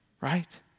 right